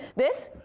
this?